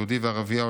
יהודי וערבייה,